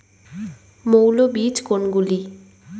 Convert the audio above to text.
মৌল বীজ কোনগুলি?